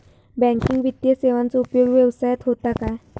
Banking वित्तीय सेवाचो उपयोग व्यवसायात होता काय?